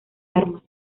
armas